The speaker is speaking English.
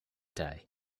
day